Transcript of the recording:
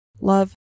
love